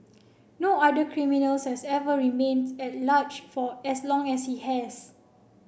no other criminals has ever remains at large for as long as he has